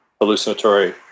hallucinatory